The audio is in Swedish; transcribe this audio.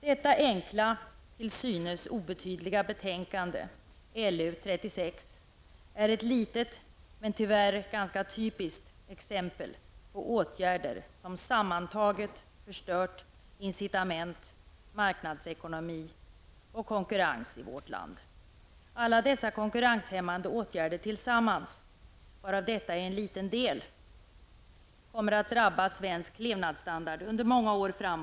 Detta enkla, till synes obetydliga, betänkande LU36 är ett litet, men tyvärr, ganska typiskt exempel på åtgärder som sammantaget förstört incitament, marknadsekonomi och konkurrens i vårt land. Alla dessa konkurrenshämmande åtgärder tillsammans, varav detta är en liten del, kommer att drabba svensk levnadsstandard under många år framåt.